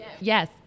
Yes